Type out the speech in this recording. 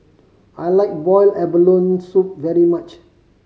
I like boiled abalone soup very much